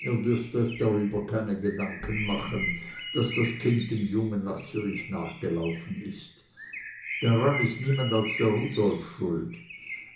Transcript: ihr dürft euch darüber keine gedanken machen daß das kind dem jungen nach zürich nachgelaufen ist daran ist niemand als der rudolf schuld